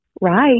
Right